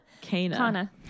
Kana